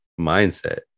mindset